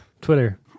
twitter